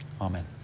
Amen